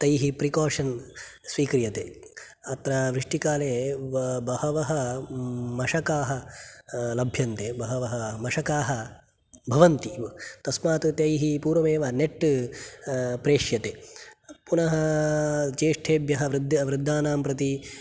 तैः प्रिकाशन् स्वीक्रियते अत्र वृष्टिकाले बहवः मशकाः लभ्यन्ते बहवः मशकाः भवन्ति तस्मात् तैः पूर्वमेव नेट् प्रेष्यते पुनः ज्येष्ठेभ्यः वृद् वृद्धानां प्रति